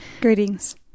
Greetings